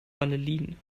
vanillin